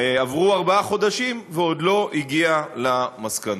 עברו ארבעה חודשים ועוד לא הגיע למסקנות.